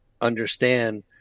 understand